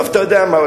טוב, אתה יודע מה?